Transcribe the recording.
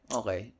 okay